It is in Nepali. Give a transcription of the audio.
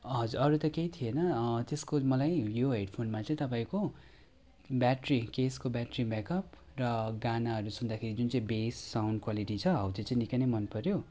हजुर अरू त केही थिएन त्यसको मलाई यो हेडफोनमा चाहिँ तपाईँको ब्याट्री केसको ब्याट्री ब्याकअप र गानाहरू सुन्दाखेरि जुन चाहिँ बेस साउन्ड क्वालिटी छ हौ त्यो चाहिँ निकै नै मनपऱ्यो